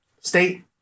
State